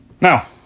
Now